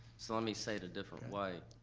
so let me say it a different way.